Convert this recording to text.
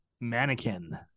Mannequin